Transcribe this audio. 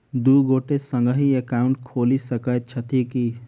दु गोटे संगहि एकाउन्ट खोलि सकैत छथि की?